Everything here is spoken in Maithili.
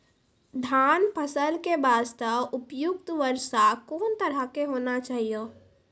धान फसल के बास्ते उपयुक्त वर्षा कोन तरह के होना चाहियो?